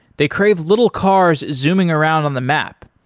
they crave little cars zooming around on the map.